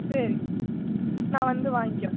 சரி நான் வந்து வாங்குகிறேன்